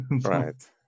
Right